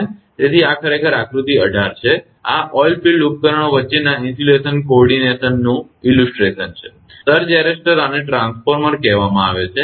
તેથી આ ખરેખર આકૃતિ 18 છે આ ઓઇલફિલ્ડ ઉપકરણો વચ્ચેના ઇન્સ્યુલેશન કોર્ડીનેશનનું ચિત્રણ છે અને સર્જ એરેસ્ટર આને ટ્રાન્સફોર્મર કહેવાય છે